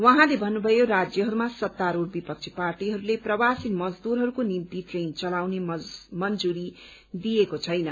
उहाँले भन्नुभयो राज्यहरूमा सत्तारूढ़ विपक्षी पार्टीहरूले प्रवासी मजदूरहरूको निम्ति ट्रेन चलाउने मंजूरी दिएको छैन